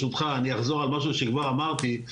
ואחזור על משהו שכבר אמרתי,